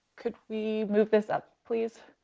could we move this up, please?